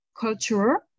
culture